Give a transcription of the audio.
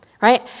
right